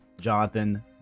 Jonathan